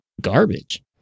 garbage